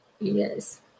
Yes